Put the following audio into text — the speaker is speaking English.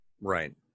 right